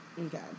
Okay